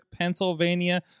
Pennsylvania